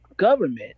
government